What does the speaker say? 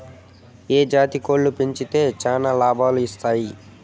ఏ జాతి కోళ్లు పెంచితే చానా లాభాలు వస్తాయి?